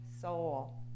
soul